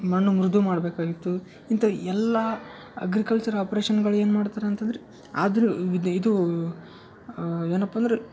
ಮಣ್ಣು ಮೃದು ಮಾಡಬೇಕಾಗಿತ್ತು ಇಂಥವು ಎಲ್ಲಾ ಅಗ್ರಿಕಲ್ಚರ್ ಆಪ್ರೇಷನ್ಗಳು ಏನು ಮಾಡ್ತಾರೆ ಅಂತಂದರೆ ಆದರು ವಿದ್ ಇದು ಏನಪ್ಪ ಅಂದ್ರೆ